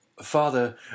Father